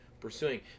pursuing